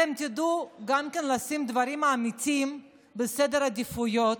אתם תדעו גם כן לשים דברים אמיצים בסדר עדיפויות,